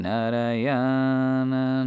Narayana